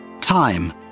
Time